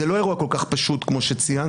זה לא אירוע כל כך פשוט כמו שציינת,